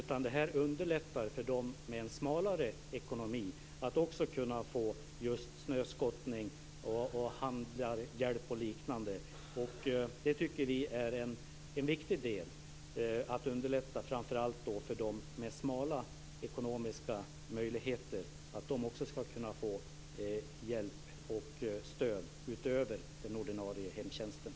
Men det här underlättar för dem som har en svagare ekonomi att också kunna få hjälp med just snöskottning, inköp och liknande. Vi tycker att det är viktigt att underlätta framför allt för dem med svaga ekonomiska möjligheter, så att de också skall kunna få hjälp och stöd utöver den ordinarie hemtjänstens.